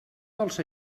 dels